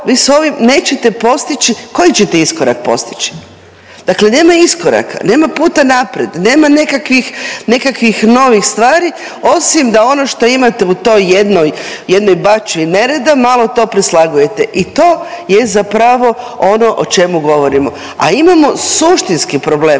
vi s ovim nećete postići, koji ćete iskorak postići? Dakle, nema iskoraka, nema puta naprijed, nema nekakvih, nekakvih novih stvari osim da ono šta imate u toj jednoj, jednoj bačvi nereda malo to preslagujete i to je zapravo ono o čemu govorimo, a imamo suštinski problem.